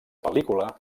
pel·lícula